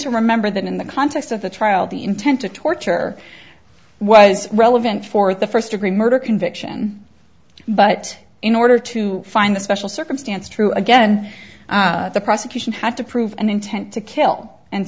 to remember that in the context of the trial the intent to torture was relevant for the first degree murder conviction but in order to find the special circumstance true again the prosecution had to prove an intent to kill and